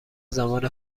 زمان